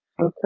Okay